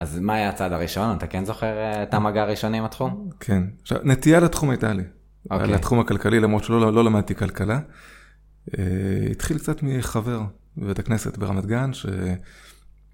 אז מה היה הצעד הראשון? אתה כן זוכר את המגע הראשוני עם התחום? כן, נטייה לתחום היתה לי, לתחום הכלכלי, למרות שלא למדתי כלכלה. התחיל קצת מחבר בבית הכנסת ברמת גן ש